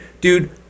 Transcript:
dude